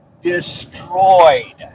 destroyed